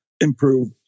improve